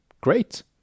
great